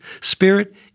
spirit